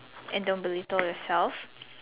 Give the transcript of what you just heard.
and don't believe told yourself